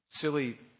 silly